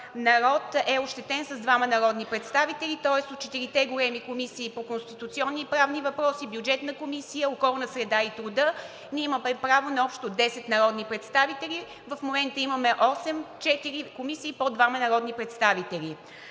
народ“ е ощетен с двама народни представители, тоест от четирите големи комисии – по Конституционни и правни въпроси, Бюджетна комисия, Околна среда и Труда имаме право на общо 10 народни представители. В момента имаме осем – в четири комисии по двама народни представители.